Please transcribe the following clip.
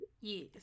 Yes